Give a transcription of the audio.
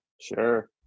Sure